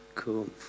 Cool